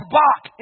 back